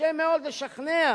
קשה מאוד לשכנע.